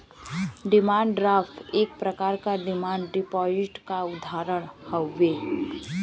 demand draft एक प्रकार क डिमांड डिपाजिट क उदाहरण हउवे